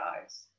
eyes